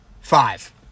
five